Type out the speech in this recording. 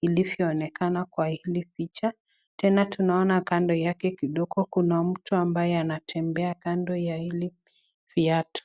ilivyoonekana kwa hii picha, tena tunaona kando yake kidogo kuna mtu ambaye anatembea kando ya hili viatu.